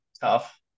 tough